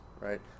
right